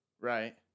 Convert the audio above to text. Right